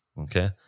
Okay